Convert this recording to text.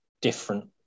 different